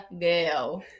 girl